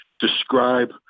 describe